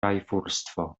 rajfurstwo